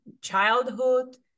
childhood